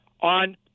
on